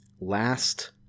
last